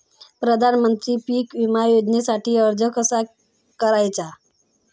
प्रधानमंत्री पीक विमा योजनेसाठी अर्ज कसा करायचा?